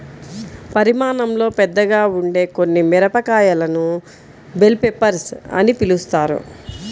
పరిమాణంలో పెద్దగా ఉండే కొన్ని మిరపకాయలను బెల్ పెప్పర్స్ అని పిలుస్తారు